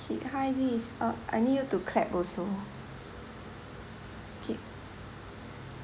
K hi this is uh I need you to clap also okay